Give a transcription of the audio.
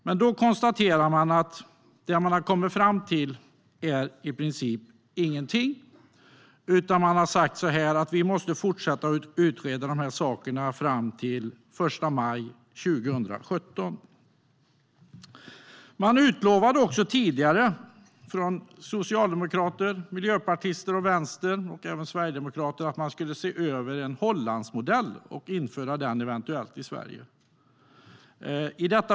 Men då konstateras att man i princip inte har kommit fram till någonting utan måste fortsätta att utreda dessa saker fram till den 1 maj 2017. Socialdemokraterna, Miljöpartiet, Vänstern och även Sverigedemokraterna utlovade tidigare att man skulle se över en Hollandsmodell och eventuellt införa den i Sverige.